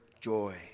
joy